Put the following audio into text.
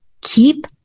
Keep